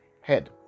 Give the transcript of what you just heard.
head